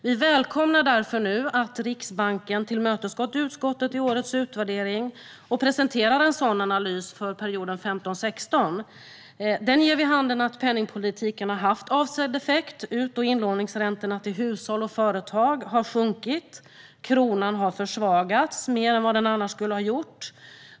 Vi välkomnar därför nu att Riksbanken har tillmötesgått utskottet i årets utvärdering och presenterar en sådan analys för perioden 2015-2016. Den ger vid handen att penningpolitiken har haft avsedd effekt - ut och inlåningsräntorna till hushåll och företag har sjunkit, och kronan har försvagats mer än den annars skulle ha gjort.